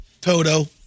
Toto